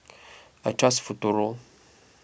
I trust Futuro